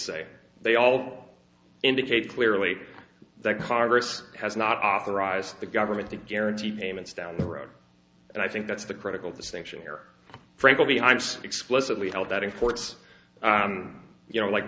say they all indicate clearly that congress has not authorized the government to guarantee payments down the road and i think that's the critical distinction here frankel beehives explicitly held that in courts you know like